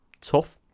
tough